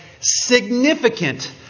significant